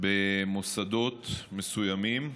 במוסדות מסוימים,